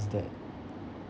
is that